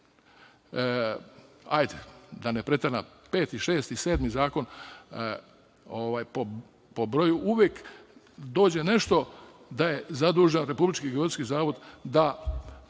hajde da ne preteram, peti, šesti, sedmi zakon po broju uvek dođe nešto da je zadužen Republički geodetski zavod da